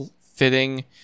fitting